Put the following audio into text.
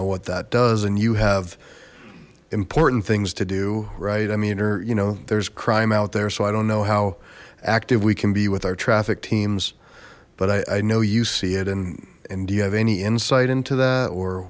know what that does and you have important things to do right i mean or you know there's crime out there so i don't know how active we can be with our traffic teams but i know you see it and and do you have any insight into that or